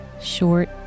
Short